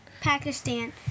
Pakistan